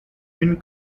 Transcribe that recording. been